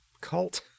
cult